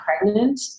pregnant